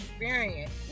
experience